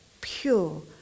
pure